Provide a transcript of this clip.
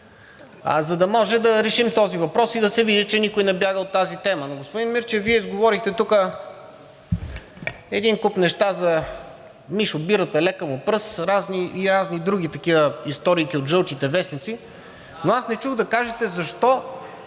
за да може да решим този въпрос и да се види, че никой не бяга от тази тема. Господин Мирчев, Вие изговорихте тук един куп неща за Мишо Бирата – лека му пръст, и разни други такива историйки от жълтите вестници, но аз не чух да кажете защо